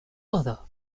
other